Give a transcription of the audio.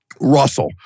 Russell